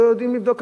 לא יודעים לבדוק,